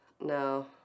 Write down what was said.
No